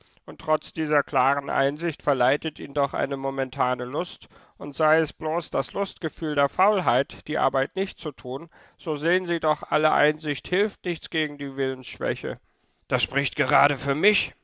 und trotz dieser klaren einsicht verleitet ihn doch eine momentane lust und sei es bloß das lustgefühl der faulheit die arbeit nicht zu tun so sehen sie doch alle einsicht hilft nichts gegen die willensschwäche das spricht gerade für mich